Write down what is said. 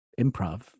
improv